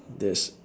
that's